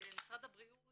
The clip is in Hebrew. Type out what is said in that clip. משרד הבריאות